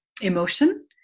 emotion